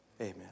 Amen